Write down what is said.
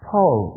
Paul